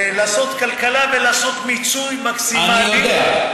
לעשות כלכלה ולעשות מיצוי מקסימלי, אני יודע.